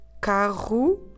carro